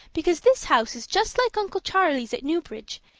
because this house is just like uncle charles' at newbridge,